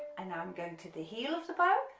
and now i'm going to the heel of the but